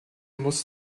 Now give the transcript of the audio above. muss